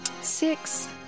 Six